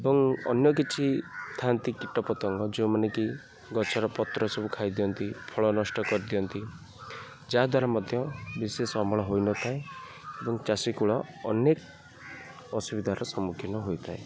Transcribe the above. ଏବଂ ଅନ୍ୟ କିଛି ଥାନ୍ତି କୀଟପତଙ୍ଗ ଯେଉଁମାନେ କି ଗଛର ପତ୍ର ସବୁ ଖାଇଦିଅନ୍ତି ଫଳ ନଷ୍ଟ କରିଦିଅନ୍ତି ଯାହାଦ୍ୱାରା ମଧ୍ୟ ବିଶେଷ ଅମଳ ହୋଇନଥାଏ ଏବଂ ଚାଷୀ କୂଳ ଅନେକ ଅସୁବିଧାର ସମ୍ମୁଖୀନ ହୋଇଥାଏ